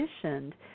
conditioned